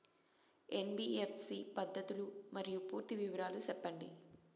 NBFC పద్ధతులు మరియు పూర్తి వివరాలు సెప్పండి?